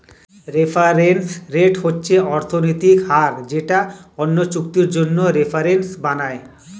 reference rate হচ্ছে অর্থনৈতিক হার যেটা অন্য চুক্তির জন্য রেফারেন্স বানায়